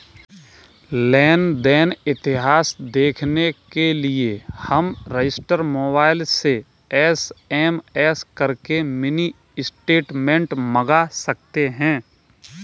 लेन देन इतिहास देखने के लिए हम रजिस्टर मोबाइल से एस.एम.एस करके मिनी स्टेटमेंट मंगा सकते है